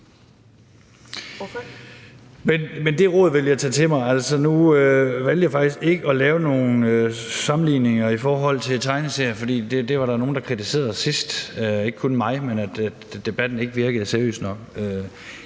Det råd vil jeg tage til mig. Altså, nu valgte jeg faktisk ikke at lave nogen sammenligninger med tegneserier, for det var der nogen, der kritiserede sidst – ikke kun mig, men at debatten ikke virkede seriøs nok.